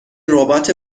ربات